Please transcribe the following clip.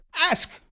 ask